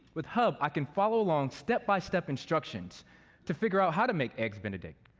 with hub i can follow along step-by-step instructions to figure out how to make eggs benedict.